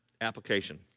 application